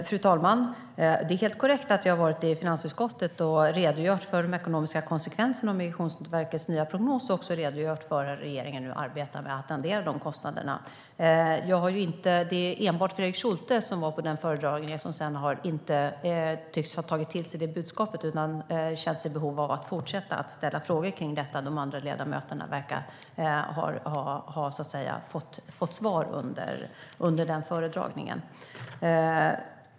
Fru talman! Det är helt korrekt att jag har varit i finansutskottet och redogjort för de ekonomiska konsekvenserna av Migrationsverkets nya prognos och också redogjort för hur regeringen nu arbetar med att dra ned de kostnaderna. Det är enbart Fredrik Schulte av dem som var på den föredragningen som sedan inte tycks ha tagit till sig det budskapet utan känt ett behov av att fortsätta att ställa frågor kring detta. De andra ledamöterna verkar ha fått svar under den föredragningen.